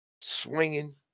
swinging